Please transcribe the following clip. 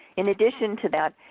in addition to that,